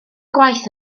gwaith